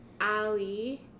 Ali